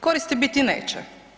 Koristi biti neće.